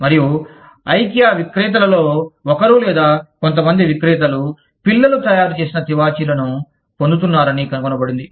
మరియు ఐకియా విక్రేతలలో ఒకరు లేదా కొంతమంది విక్రేతలు పిల్లలు తయారుచేసిన తివాచీలను పొందుతున్నారని కనుగొనబడింది